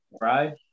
Right